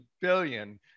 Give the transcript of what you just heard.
billion